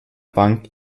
bank